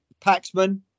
Paxman